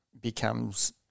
becomes